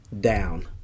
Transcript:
down